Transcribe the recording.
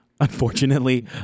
unfortunately